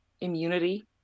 immunity